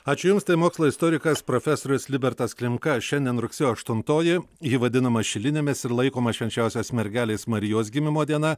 ačiū jums tai mokslo istorikas profesorius libertas klimka šiandien rugsėjo aštuntoji ji vadinama šilinėmis ir laikoma švenčiausios mergelės marijos gimimo diena